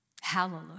hallelujah